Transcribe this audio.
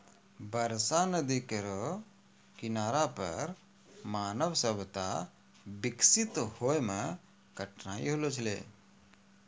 बरसा नदी केरो किनारा पर मानव सभ्यता बिकसित होय म कठिनाई होलो छलै